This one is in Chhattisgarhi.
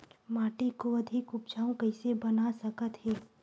माटी को अधिक उपजाऊ कइसे बना सकत हे?